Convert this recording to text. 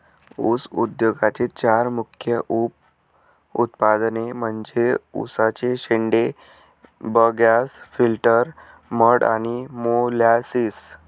ऊस उद्योगाचे चार मुख्य उप उत्पादने म्हणजे उसाचे शेंडे, बगॅस, फिल्टर मड आणि मोलॅसिस